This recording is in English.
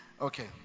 Okay